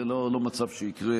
זה לא מצב שיקרה.